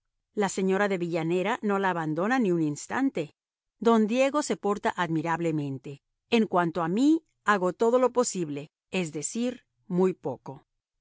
la señora de villanera no la abandona ni un instante don diego se porta admirablemente en cuanto a mí hago todo lo posible es decir muy poco